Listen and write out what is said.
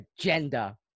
agenda